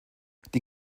die